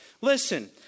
Listen